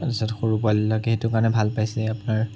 তাৰপিছত সৰু পোৱালিবিলাকে সেইটো কাৰণে ভাল পাইছে আপোনাৰ